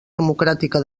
democràtica